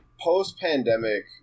post-pandemic